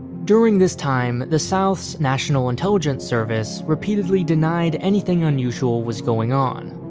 during this time, the south's national intelligence service repeatedly denied anything unusual was going on.